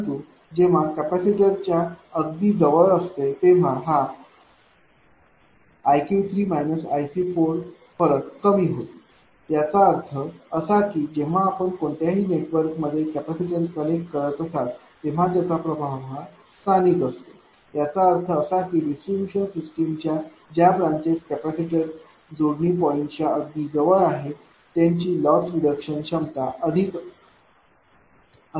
परंतु जेव्हा कॅपेसिटरच्या अगदी जवळ असते तेव्हा हा iq3 iC4 फरक कमी होईल याचा अर्थ असा की जेव्हा आपण कोणत्याही नेटवर्कमध्ये कॅपेसिटर कनेक्ट करत असाल तेव्हा त्याचा प्रभाव स्थानिक असतो याचा अर्थ असा की डिस्ट्रीब्यूशन सिस्टीमच्या ज्या ब्रांचेस कॅपेसिटर जोडणी पॉईंटच्या अगदी जवळ आहेत त्यांची लॉस रिडक्शन क्षमता अधिक असेल